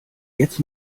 jetzt